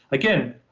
again,